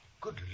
Good